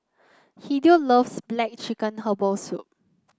Hideo loves black chicken Herbal Soup